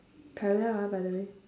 parallel ah by the way